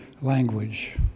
language